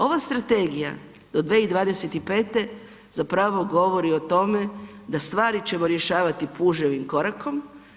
Ova strategija do 2025. zapravo govori o tome da stvari ćemo rješavati puževim korakom.